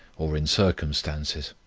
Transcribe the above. or in circumstances.